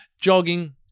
jogging